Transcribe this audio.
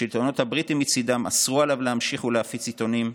השלטונות הבריטים מצידם אסרו עליו להמשיך ולהפיץ עיתונים,